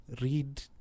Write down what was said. read